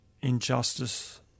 injustice